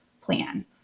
plan